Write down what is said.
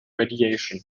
radiation